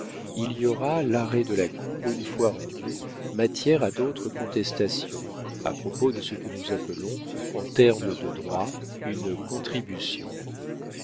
il y aura l'arrêt de la cour une fois rendu matière à d'autres contestations à propos de ce que nous appelons en termes de droit une contribution